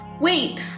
Wait